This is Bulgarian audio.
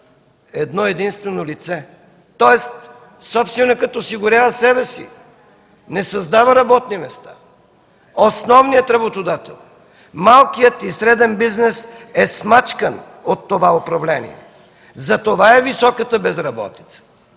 едно-единствено лице, тоест собственикът осигурява себе си, не създава работни места. Основният работодател – малкият и среден бизнес, е смачкан от това управление. Затова е високата безработица.